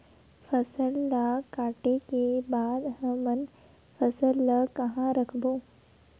फसल ला काटे के बाद हमन फसल ल कहां रखबो?